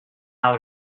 alt